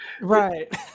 Right